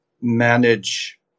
manage